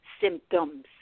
symptoms